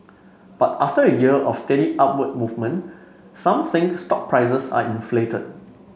but after a year of steady upward movement some think stock prices are inflated